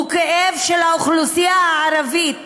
הוא כאב של האוכלוסייה הערבית,